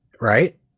right